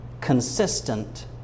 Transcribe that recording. consistent